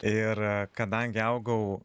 ir kadangi augau